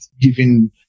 giving